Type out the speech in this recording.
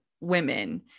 women